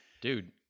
Dude